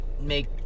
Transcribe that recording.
make